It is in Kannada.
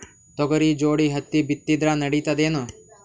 ತೊಗರಿ ಜೋಡಿ ಹತ್ತಿ ಬಿತ್ತಿದ್ರ ನಡಿತದೇನು?